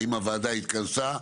האם הוועדה התכנסה?